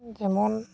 ᱡᱮᱢᱚᱱ